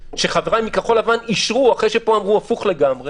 כשחבריי מכחול לבן אישרו אחרי שפה הם אמרו את ההפך לגמרי